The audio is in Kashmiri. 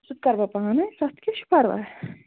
سُہ تہِ کَرٕ بہٕ پانے تتھ کیٛاہ چھُ پرواے